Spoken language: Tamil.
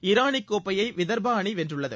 இரானிக் கோப்பையை விதர்பா அணி வென்றுள்ளது